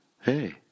Hey